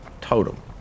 totem